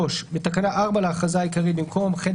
3.תיקון תקנה 4 בתקנה 4 להכרזה העיקרית במקום "ח'